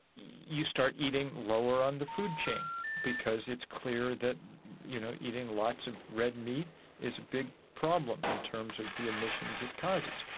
you start eating lower on the food chain because it's clear that you know eating lots of red meat is a big problem in terms of the emissions it causes.